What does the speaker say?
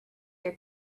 your